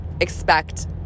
expect